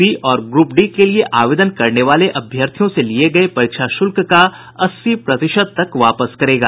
railway group C और group D के लिए आवेदन करने वाले अभ्यर्थियों से लिये गये परीक्षा शुल्क का अस्सी प्रतिशत तक वापस करेगा